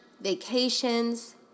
vacations